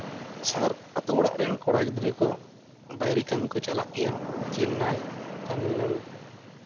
ᱥᱟᱦᱟᱨ ᱟᱹᱛᱩ ᱚᱲᱟᱜ ᱨᱮᱱ ᱠᱚᱲᱟ ᱜᱤᱫᱽᱨᱟᱹ ᱠᱚ ᱵᱟᱭᱨᱮ ᱠᱟᱹᱢᱤ ᱠᱚ ᱪᱟᱞᱟᱜ ᱜᱮᱭᱟ ᱪᱮᱱᱱᱟᱭ ᱛᱟᱹᱢᱤᱞᱱᱟᱹᱲᱩ